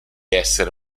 essere